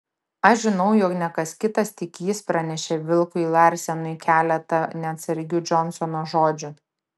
aš žinau jog ne kas kitas tik jis pranešė vilkui larsenui keletą neatsargių džonsono žodžių